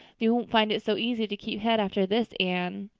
you won't find it so easy to keep head after this, anne.